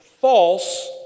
false